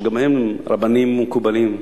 שגם הם רבנים מקובלים,